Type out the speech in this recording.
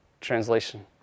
Translation